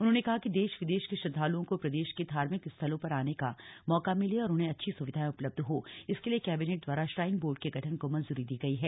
उन्होंने कहा कि देश विदेश के श्रद्वालुओं को प्रदेश के धार्मिक स्थलों पर आने का मौका मिले और उन्हें अच्छी सुविधाएं उपलब्ध हों इसके लिए कैबिनेट द्वारा श्राइन बोर्ड के गठन को मंजूरी दी गई है